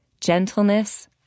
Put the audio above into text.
gentleness